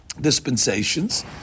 dispensations